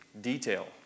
detail